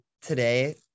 today